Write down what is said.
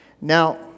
Now